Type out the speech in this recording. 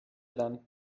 them